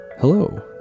hello